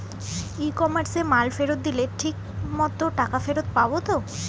ই কমার্সে মাল ফেরত দিলে ঠিক মতো টাকা ফেরত পাব তো?